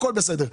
הכול בסדר.